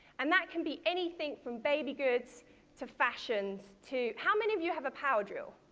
and that can be anything from baby goods to fashions to how many of you have a power drill,